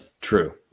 True